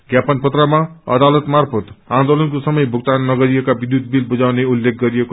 ज्ञापन पत्रमा अदालत मार्फत आन्दोलनको समय भूगतान गरिएका विष्यूत बील बुझाउन उललेख गरिऐ